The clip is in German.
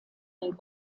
den